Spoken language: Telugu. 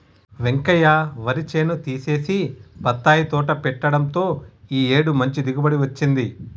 వెంకయ్య వరి చేను తీసేసి బత్తాయి తోట పెట్టడంతో ఈ ఏడు మంచి దిగుబడి వచ్చింది